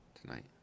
tonight